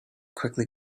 quickly